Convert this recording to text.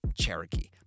Cherokee